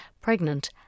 pregnant